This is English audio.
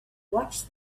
watch